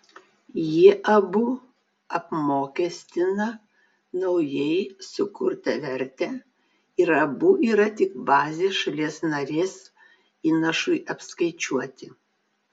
jie abu apmokestina naujai sukurtą vertę ir abu yra tik bazė šalies narės įnašui apskaičiuoti